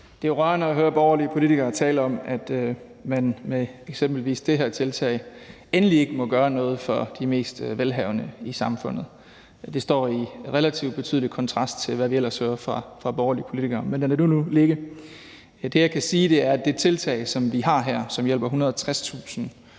Det er jo rørende at høre borgerlige politikere tale om, at man med eksempelvis det her tiltag endelig ikke må gøre noget for de mest velhavende i samfundet. Det står i relativt betydelig kontrast til, hvad vi ellers hører fra borgerlige politikere, men lad det nu ligge. Det, jeg kan sige, er, at det tiltag, som vi har her, hjælper lejere